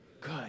good